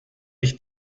ich